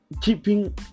keeping